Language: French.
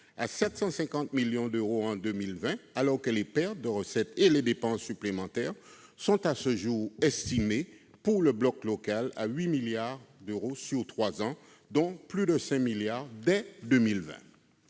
à 750 millions d'euros en 2020, alors que les pertes de recettes et les dépenses supplémentaires sont à ce jour estimées, pour le bloc local, à 8 milliards d'euros sur trois ans, dont plus de 5 milliards d'euros